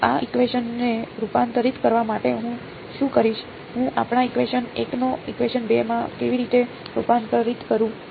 તો આ ઇકવેશન ને રૂપાંતરિત કરવા માટે હું શું કરીશ હું આપણા ઇકવેશન 1 ને ઇકવેશન 2 માં કેવી રીતે રૂપાંતરિત કરું